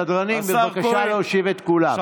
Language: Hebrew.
סדרנים, בבקשה להושיב את כולם.